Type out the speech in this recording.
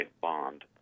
Bond